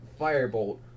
Firebolt